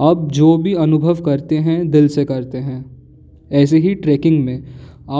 आप जो भी अनुभव करते हैं दिल से करते हैं ऐसे ही ट्रैकिंग में